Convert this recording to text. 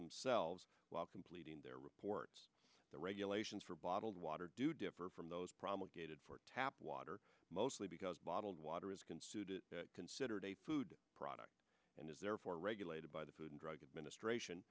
themselves while completing their reports the regulations for bottled water do differ from those promulgated for tap water mostly because bottled water is considered a food product and is therefore regulated by the food and drug administration